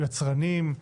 יצרנים,